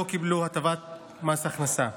לא קיבלו הטבת מס הכנסה,